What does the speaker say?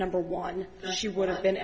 number one she would have been